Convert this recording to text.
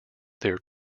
their